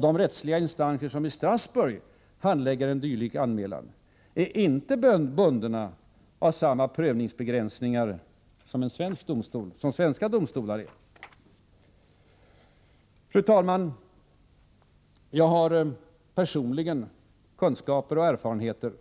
De rättsliga instanser som i Strasbourg handlägger en dylik anmälan är inte bundna av samma prövningsbegränsningar som svenska domstolar är. Fru talman! Jag har personligen kunskaper och erfarenheter